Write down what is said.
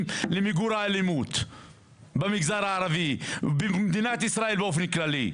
למיגור האלימות במגזר הערבי ובמדינת ישראל באופן כללי.